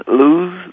lose